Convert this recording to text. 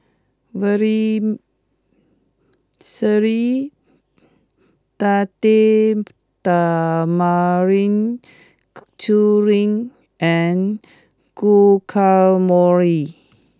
Vermicelli Date Tamarind Chutney and Guacamole